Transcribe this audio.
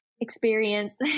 experience